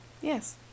Yes